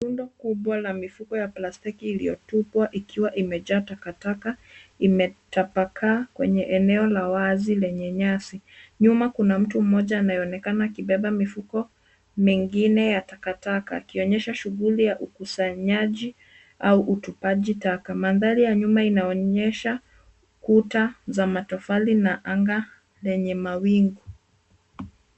Rundo kubwa ya mifuko ya plastiki iliyotupwa ikiwa imejaa takataka imetapaka kwenye eneo la wazi lenye nyasi. Nyuma kuna mtu mmoja anayeonekana akibeba mifuko mengine ya takataka akionyesha shughuli ya ukusanyaji au utupaji taka. Mandhari ya nyuma inaonyesha ukuta za amtofali na anaga lenye mawingu.